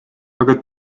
aga